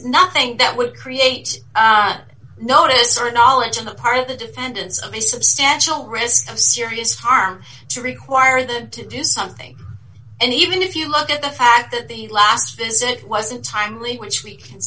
nothing that would create notice or knowledge on the part of the defendants of a substantial risk of serious harm to require them to do something and even if you look at the fact that the last visit wasn't timely which we can